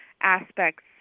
aspects